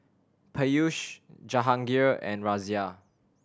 Peyush Jahangir and Razia